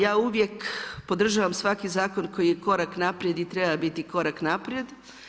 Ja uvijek podržavam svaki zakon koji je korak naprijed i treba biti korak naprijed.